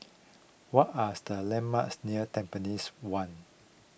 what are the landmarks near Tampines one